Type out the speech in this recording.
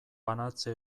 banatze